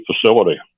facility